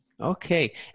Okay